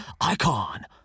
Icon